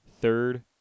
third